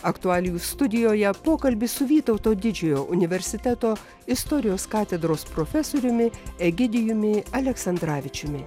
aktualijų studijoje pokalbis su vytauto didžiojo universiteto istorijos katedros profesoriumi egidijumi aleksandravičiumi